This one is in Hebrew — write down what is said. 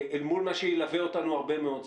מול מה שילווה אותנו הרבה מאוד זמן.